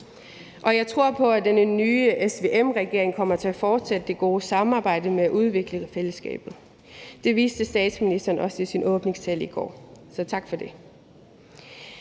Og jeg tror på, at den nye SVM-regering kommer til at fortsætte det gode samarbejde med at udvikle fællesskabet. Det viste statsministeren også i sin åbningstale i går, så tak for det.